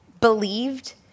Believed